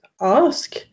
ask